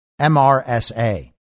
MRSA